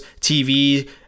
TV